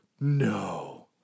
No